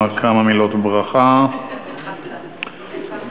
כמה מילות ברכה לטובתה של קארין אלהרר.